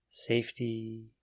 Safety